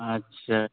اچھا